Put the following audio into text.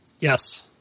Yes